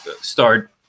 start